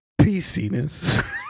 PC-ness